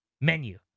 menu